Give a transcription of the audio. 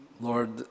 Lord